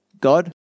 God